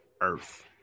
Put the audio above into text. earth